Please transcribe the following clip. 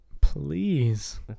Please